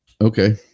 Okay